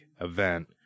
event